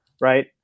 right